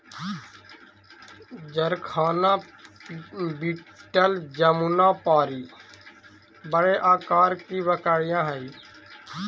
जरखाना बीटल जमुनापारी बड़े आकार की बकरियाँ हई